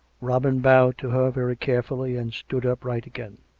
robin bowed to her very carefully, and stood upright again.